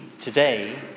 today